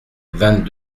vingt